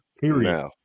period